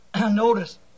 Notice